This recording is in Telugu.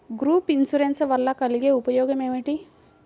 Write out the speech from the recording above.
గ్రూప్ ఇన్సూరెన్స్ వలన కలిగే ఉపయోగమేమిటీ?